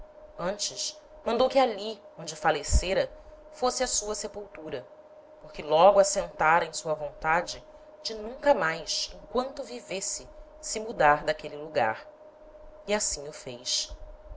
antes mandou que ali onde falecera fosse a sua sepultura porque logo assentára em sua vontade de nunca mais emquanto vivesse se mudar d'aquele lugar e assim o fez